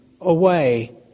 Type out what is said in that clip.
away